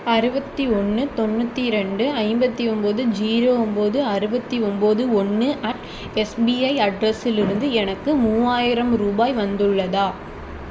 அறுபத்தி ஒன்று தொண்ணூற்றி ரெண்டு ஐம்பத்தி ஒன்பது ஜீரோ ஒம்போது அறுபத்தி ஒம்போது ஓன்று அட் எஸ்பிஐ அட்ரஸிலிருந்து எனக்கு மூவாயிரம் ரூபாய் வந்துள்ளதா